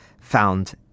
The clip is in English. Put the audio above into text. found